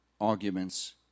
arguments